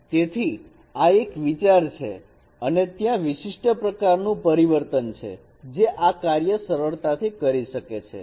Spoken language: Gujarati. તેથી આ એક વિચાર છે અને ત્યાં વિશિષ્ટ પ્રકારનું પરિવર્તન છે જે આ કાર્ય સરળતાથી કરી શકે છે